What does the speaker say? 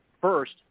First